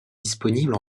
disponible